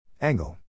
Angle